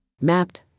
Mapped